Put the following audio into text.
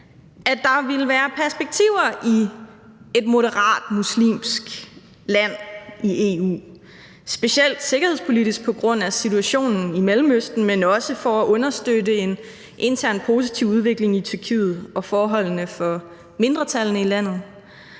at der ville være perspektiver i et moderat muslimsk land i EU, specielt sikkerhedspolitisk på grund af situationen i Mellemøsten, men også for at understøtte en intern, positiv udvikling i Tyrkiet og forholdene for mindretallene i landet,